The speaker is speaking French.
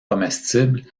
comestibles